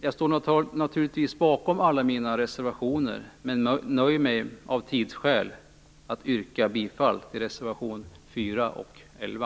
Jag står naturligtvis bakom alla mina reservationer men nöjer mig, av tidsskäl, med att yrka bifall till reservationerna 4 och 11.